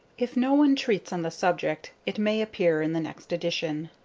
if no one treats on the subject, it may appear in the next edition.